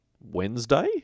Wednesday